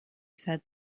said